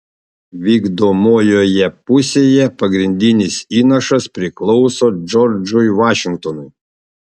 vykdomojoje pusėje pagrindinis įnašas priklauso džordžui vašingtonui